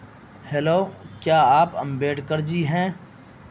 hello کیا آپ امبیڈکر جی ہیں